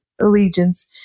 allegiance